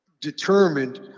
determined